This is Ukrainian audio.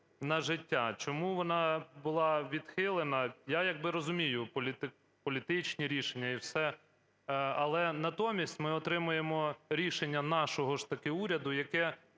на життя. Чому вона була відхилена? Я якби розумію – політичні рішення і все. Але натомість ми отримуємо рішення нашого ж таки уряду, яке